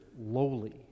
lowly